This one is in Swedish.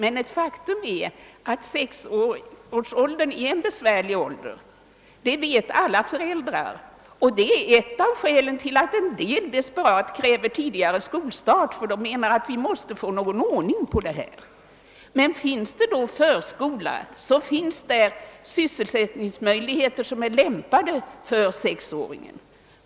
Ett faktum är emellertid att sexårsåldern är en svår ålder. — det vet alla föräldrar, och det är ett av skälen till-att: en del desperat kräver tidigare skolstart. De menar att vi måste få någon ordning på detta. Men om det då finns förskola, så finns där sysselsättningsmöjligheter som är lämpade för sexåringen.